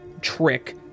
trick